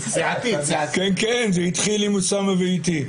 כן, כן, זה התחיל עם אוסאמה ואיתי.